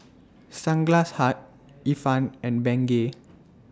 Sunglass Hut Ifan and Bengay